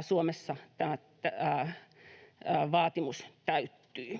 Suomessa tämä vaatimus täyttyy.